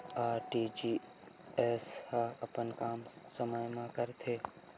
RTGS ह अपन काम समय मा करथे?